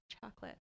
chocolate